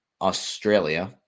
Australia